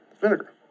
vinegar